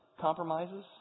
compromises